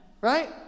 Right